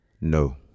No